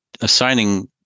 assigning